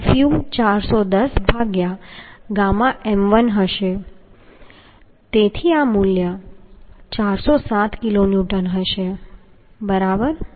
fu 410 ભાગ્યા gamma m1 દ્વારા હશે તેથી આ મૂલ્ય 407 કિલોન્યુટન હશે બરાબર